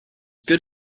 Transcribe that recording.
good